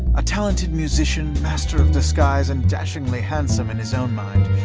a talented musician, master of disguise, and dashingly handsome in his own mind,